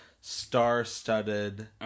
star-studded